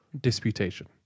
disputation